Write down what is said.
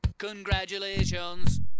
congratulations